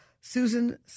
Susan